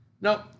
No